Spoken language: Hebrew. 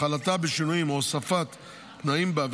החלתה בשינויים או הוספת תנאים בה,